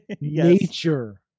nature